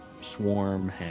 swarm